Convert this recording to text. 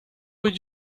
would